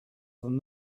than